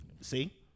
See